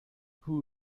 who